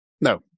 No